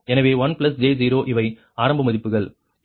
எனவே 1 j 0 இவை ஆரம்ப மதிப்புகள்